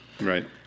Right